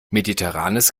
mediterranes